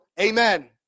Amen